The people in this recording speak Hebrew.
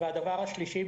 הדבר השלישי,